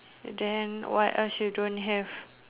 then what else you don't have